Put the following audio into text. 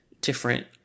different